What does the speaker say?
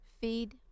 feed